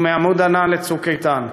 ומ"עמוד ענן" ל"צוק איתן".